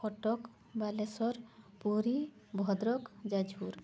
Cuttack Balasore Puri Bhadrak Jajpur